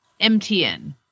MTN